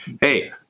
Hey